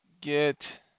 get